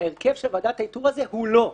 ההרכב של ועדת האיתור הזאת הוא לא,